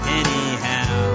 anyhow